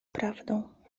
prawdą